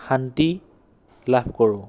শান্তি লাভ কৰোঁ